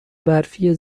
برفی